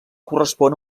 correspon